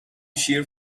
shear